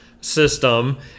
system